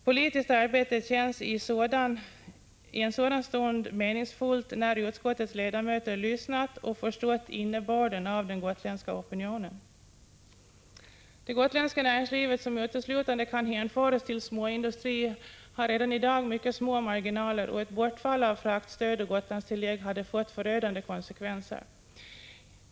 Politiskt arbete känns i en sådan stund faktiskt meningsfullt, när utskottets ledamöter lyssnat och förstått innebörden av den gotländska opinionen. Det gotländska näringslivet, som uteslutande kan hänföras till småindustrisektorn, har redan i dag mycket små marginaler, och ett bortfall av fraktstöd och Gotlandstillägg hade fått förödande konsekvenser.